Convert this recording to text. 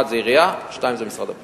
לעירייה ולמשרד הפנים.